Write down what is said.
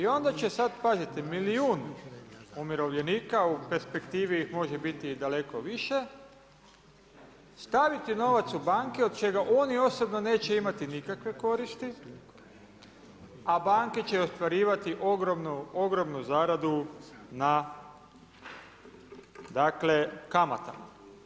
I onda će sada, pazite, milijun umirovljenika, u perspektivi ih može biti daleko više, staviti novac u banke, od čega oni osobno neće imati nikakve koristi, a banke će ostvarivati ogromnu zaradu na kamata.